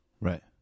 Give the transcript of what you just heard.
right